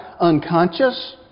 unconscious